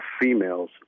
females